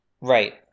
Right